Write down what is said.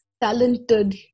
talented